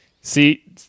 see